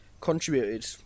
contributed